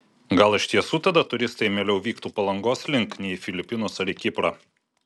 gal iš tiesų tada turistai mieliau vyktų palangos link nei į filipinus ar į kiprą